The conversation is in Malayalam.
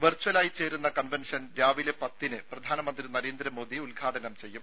വെർച്ച്വലായി ചേരുന്ന കൺവെൻഷൻ രാവിലെ പത്തിന് പ്രധാനമന്ത്രി നരേന്ദ്രമോദി ഉദ്ഘാടനം ചെയ്യും